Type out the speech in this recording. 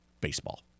Baseball